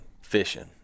fishing